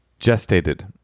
gestated